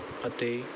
ਅਤੇ